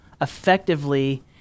effectively